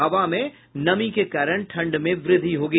हवा में नमी के कारण ठंड में वृद्धि होगी